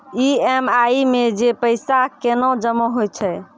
EMI मे जे पैसा केना जमा होय छै?